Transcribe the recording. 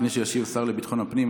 לפני שישיב השר לביטחון הפנים,